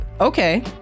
okay